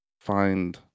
find